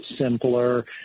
simpler